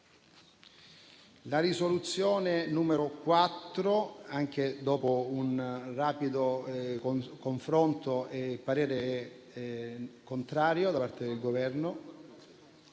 di risoluzione n. 4, dopo un rapido confronto, il parere è contrario da parte del Governo.